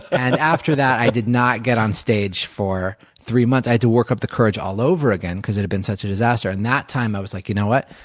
and, after that, i did not get on stage for three months. i had to work up the courage all over again because it had been such a disaster. and, that time, i was like, you know what?